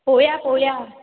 पळोवया पळोवया